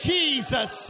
Jesus